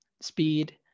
speed